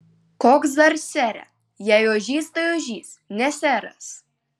koks dar sere jei ožys tai ožys ne seras